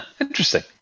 Interesting